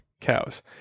Cows